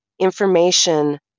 information